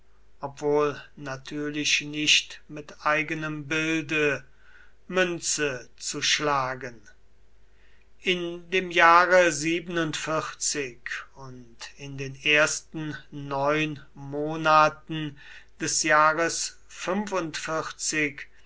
obwohl natürlich nicht mit eigenem bilde münze zu schlagen in dem jahre und in den ersten neun monaten des jahres